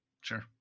Sure